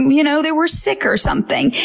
you know? they were sick or something.